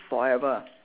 forever